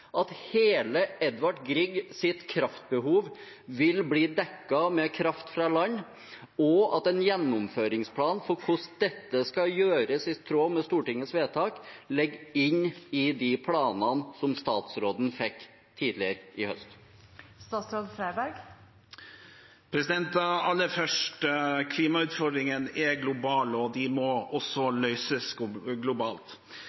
at hele Edvard Griegs kraftbehov vil bli dekket med kraft fra land, og at en gjennomføringsplan for hvordan dette skal gjøres i tråd med Stortingets vedtak, ligger inne i de planene som statsråden fikk tidligere i høst? Aller først: Klimautfordringene er globale, og de må også løses globalt.